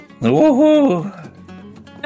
Woohoo